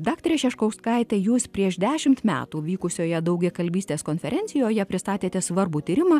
daktare šeškauskaite jūs prieš dešimt metų vykusioje daugiakalbystės konferencijoje pristatėte svarbų tyrimą